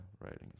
writings